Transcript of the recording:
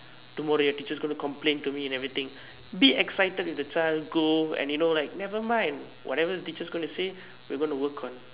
tomorrow your teacher is going to complain to me and everything be excited with the child go and you know nevermind whatever your teacher is gonna say we gonna work on